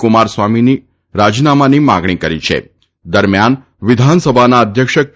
કુમારસ્વામીના રાજીનામાની માગણી કરી છ દરમ્યાન વિધાનસભાના અધ્યક્ષ કે